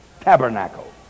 Tabernacle